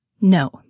No